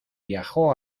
viajó